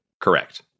Correct